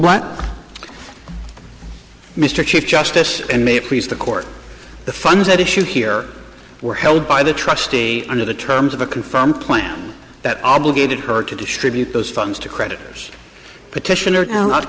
but mr chief justice and may please the court the funds at issue here were held by the trustee under the terms of a confirm plan that obligated her to distribute those funds to creditors petition or not